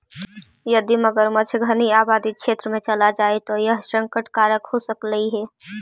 यदि मगरमच्छ घनी आबादी क्षेत्र में चला जाए तो यह संकट कारक हो सकलई हे